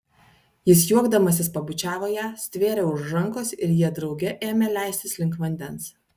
jis juokdamasis pabučiavo ją stvėrė už rankos ir jie drauge ėmė leistis link vandens